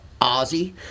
Ozzy